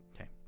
okay